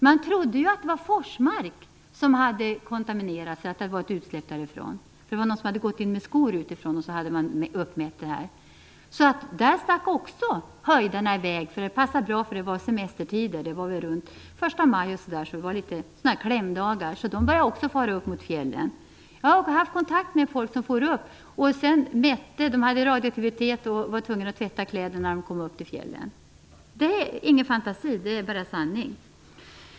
Man trodde att det var Forsmark som hade kontaminerats, att det varit utsläpp därifrån. Det var någon som hade gått in med skor och då hade man uppmätt dessa värden. Därifrån stack också höjdarna i väg. Det passade bra, för det var semestertider. Det hände runt förstamaj, så man tog ut klämdagar och började fara upp mot fjällen. Jag har haft kontakt med människor som for upp. Vid mätning visade det sig att de fått radioaktivitet på sig och var tvungna att tvätta kläderna när de kom upp till fjällen. Det är ingen fantasi, det är sanning.